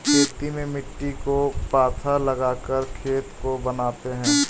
खेती में मिट्टी को पाथा लगाकर खेत को बनाते हैं?